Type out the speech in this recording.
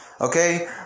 okay